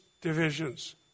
divisions